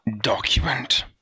document